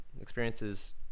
experiences